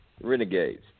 renegades